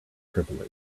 privilege